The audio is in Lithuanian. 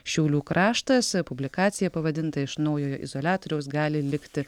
šiaulių kraštas publikacija pavadinta iš naujojo izoliatoriaus gali likti